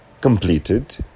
completed